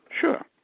Sure